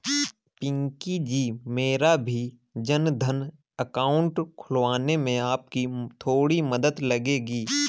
पिंकी जी मेरा भी जनधन अकाउंट खुलवाने में आपकी थोड़ी मदद लगेगी